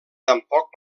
tampoc